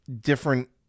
different